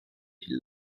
die